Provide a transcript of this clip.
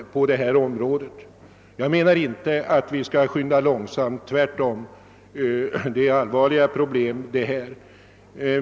Jag menar inte att vi skall skynda långsamt, tvärtom. Det rör sig om allvarliga problem.